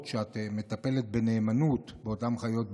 שאת מטפלת בנאמנות באותן חיות בית,